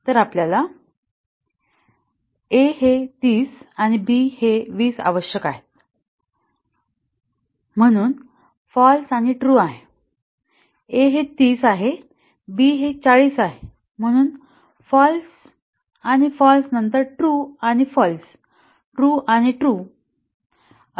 तर आपल्याला a हे 30 आणि b हे 20 आवश्यक आहेआहे म्हणून फाँल्स आणि ट्रू आहे a हे 30 आहे b हे 40 आहे म्हणून फाँल्स आणि फाँल्स नंतर ट्रू आणि फाल्स ट्रू आणि ट्रू